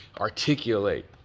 articulate